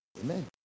Amen